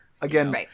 Again